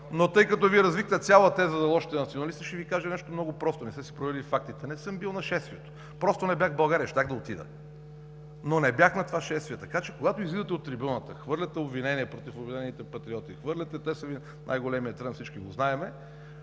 но тъй като Вие развихте цяла теза за лошите националисти, ще Ви кажа нещо просто: не сте си проверили фактите – не съм бил на шествието. Просто не бях в България. Щях да отида, но не бях на това шествие. Така че, когато излизате от трибуната и хвърляте обвинения против „Обединените патриоти“, те са Ви най-големият трън – всички го знаем,